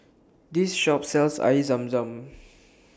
This Shop sells Air Zam Zam